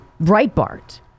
Breitbart